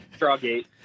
Strawgate